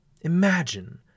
Imagine